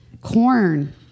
corn